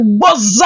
buzzer